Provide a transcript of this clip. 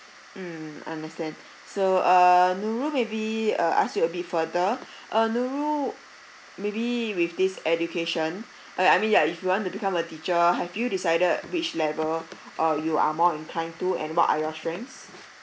mm understand so uh nurul maybe uh ask you a bit further uh nurul maybe with this education uh I mean like if you want to become a teacher have you decided which level or you are more incline to and what are your strengths